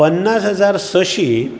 पन्नास हजार सशी